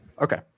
okay